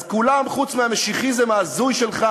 אז כולם חוץ מהמשיחיזם ההזוי שלך